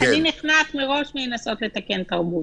אני נכנעת מראש מלנסות לתקן תרבות.